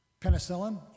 Penicillin